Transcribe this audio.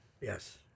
Yes